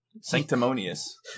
sanctimonious